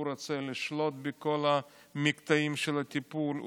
הוא רוצה לשלוט בכל המקטעים של הטיפול,